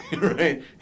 Right